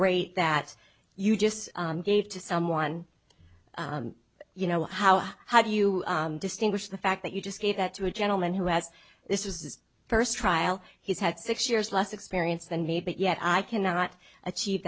rate that you just gave to someone you know how how do you distinguish the fact that you just gave that to a gentleman who has this is his first trial he's had six years less experience than me but yet i cannot achieve